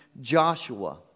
Joshua